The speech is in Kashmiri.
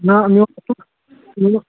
نہ مےٚ اوس ووٚنمُت